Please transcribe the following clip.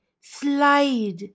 slide